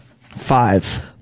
five